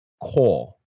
call